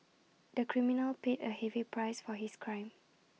the criminal paid A heavy price for his crime